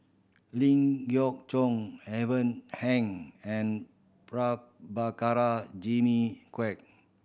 Ling Geok Choon Ivan Heng and Prabhakara Jimmy Quek